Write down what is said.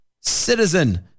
citizen